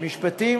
המשפטים?